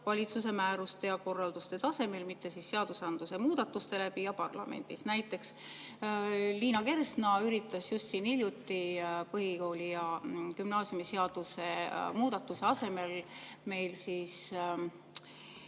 valitsuse määruste ja korralduste tasemel, mitte seadusmuudatuste läbi ja parlamendis. Näiteks, Liina Kersna üritas just siin hiljuti põhikooli- ja gümnaasiumiseaduse muudatuse asemel meil